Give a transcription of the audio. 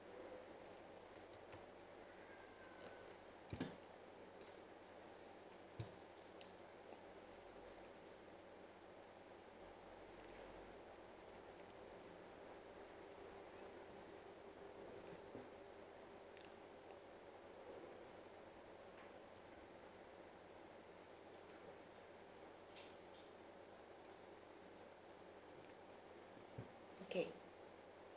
okay